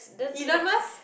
Elon-Musk